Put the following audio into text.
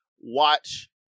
Watch